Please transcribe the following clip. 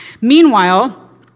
Meanwhile